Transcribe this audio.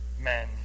men